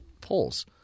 polls